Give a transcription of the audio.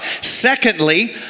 Secondly